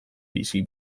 bizi